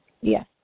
Yes